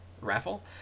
raffle